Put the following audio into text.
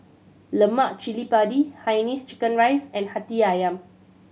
lemak cili padi hainanese chicken rice and Hati Ayam